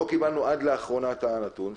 לא קיבלנו עד לאחרונה את הנתון.